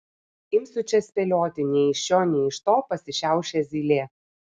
imsiu čia spėlioti nei iš šio nei iš to pasišiaušė zylė